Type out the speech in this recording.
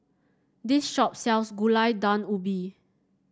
this shop sells Gulai Daun Ubi